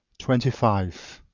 twenty five.